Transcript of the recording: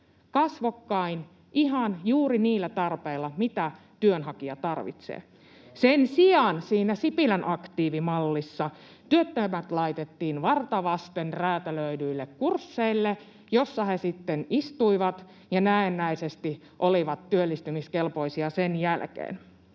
kasvokkain ihan juuri niissä tarpeissa, mitä työnhakija tarvitsee. Sen sijaan siinä Sipilän aktiivimallissa työttömät laitettiin varta vasten räätälöidyille kursseille, joilla he sitten istuivat ja näennäisesti olivat työllistymiskelpoisia sen jälkeen.